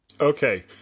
Okay